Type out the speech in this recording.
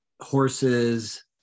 horses